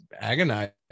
agonizing